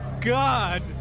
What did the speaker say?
god